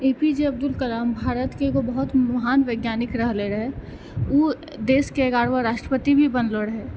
ए P J Abdul Kalam Bharat के एगो बहुत महान वैज्ञानिक रहलै रहऽ ओ देश के एगारहवाँ राष्ट्रपति भी बनलो रहै